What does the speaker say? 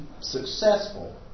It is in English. successful